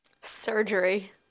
Surgery